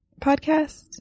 podcast